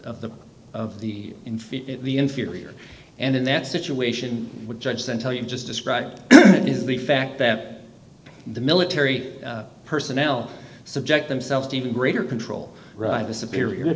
of the of the in feed the inferior and in that situation would judge then tell you just described is the fact that the military personnel subject themselves to even greater control right disappear your